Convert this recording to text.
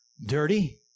dirty